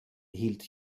hielt